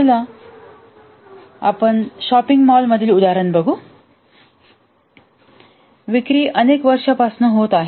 चला आपण shopping mall मधील उदाहरण बघू विक्री अनेक वर्षांपासून होत आहे